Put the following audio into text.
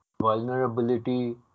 vulnerability